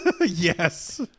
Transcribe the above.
yes